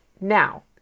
Now